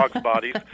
bodies